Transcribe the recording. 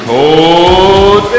Cold